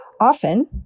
Often